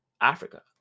Africa